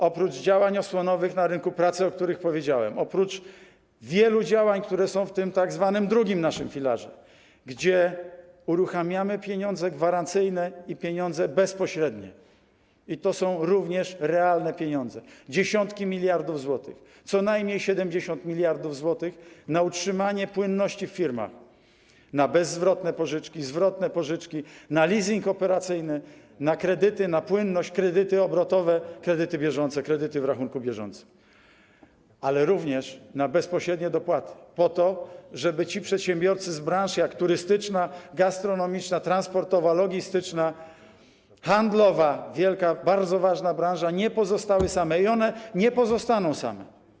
Oprócz działań osłonowych na rynku pracy, o których powiedziałem, oprócz wielu działań, które są w naszym tzw. II filarze, gdzie uruchamiamy pieniądze gwarancyjne i pieniądze bezpośrednie - i to są również realne pieniądze, dziesiątki miliardów złotych, co najmniej 70 mld zł na utrzymanie płynności w firmach, na bezzwrotne pożyczki, na zwrotne pożyczki, na leasing operacyjny, na kredyty, na płynność, kredyty obrotowe, kredyty bieżące, kredyty w rachunku bieżącym, ale również na bezpośrednie dopłaty po to, żeby przedsiębiorcy z branż takich jak turystyczna, gastronomiczna, transportowa, logistyczna, handlowa - wielka, bardzo ważna branża - nie pozostali sami i oni nie pozostaną sami.